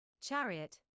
Chariot